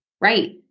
Right